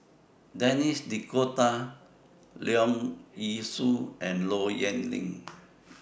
Denis D'Cotta Leong Yee Soo and Low Yen Ling